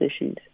issues